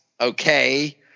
okay